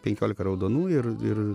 penkiolika raudonų ir ir